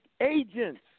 agents